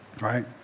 right